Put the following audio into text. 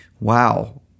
Wow